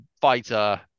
fighter